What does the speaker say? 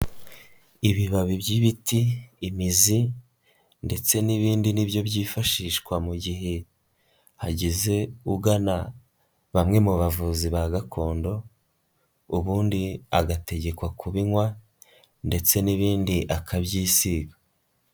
Ibibabi by'ibiti, imizi ndetse n'ibindi ni byo byifashishwa mu gihe hagize ugana bamwe mu bavuzi ba gakondo, ubundi agategekwa kubinywa ndetse n'ibindi akabyisiga.